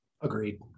Agreed